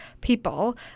people